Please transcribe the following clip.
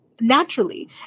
naturally